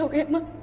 treatment